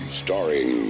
starring